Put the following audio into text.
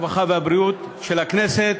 הרווחה והבריאות של הכנסת